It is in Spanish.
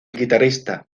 guitarrista